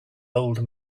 old